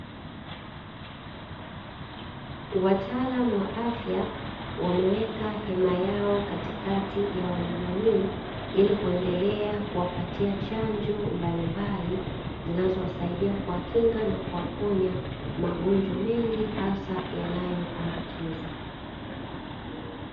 Wataalamu wa afya wameweka hema yao katikati ya wana jamii, ili kuendelea kuwapatia chanjo mbalimbali zinazowasaidia kuwakinga na kuwaponya magonjwa mengi hasa yanayoambukiza.